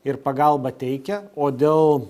ir pagalbą teikia o dėl